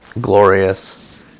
glorious